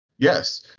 yes